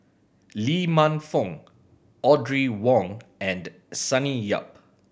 Lee Man Fong Audrey Wong and Sonny Yap